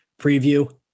preview